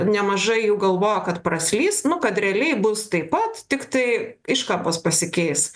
nemažai jų galvojo kad praslys nu kad realiai bus taip pat tiktai iškabos pasikeis